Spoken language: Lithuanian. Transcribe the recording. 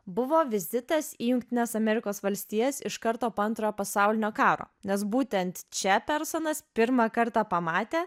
buvo vizitas į jungtines amerikos valstijas iš karto po antrojo pasaulinio karo nes būtent čia personas pirmą kartą pamatė